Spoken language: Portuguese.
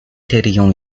teriam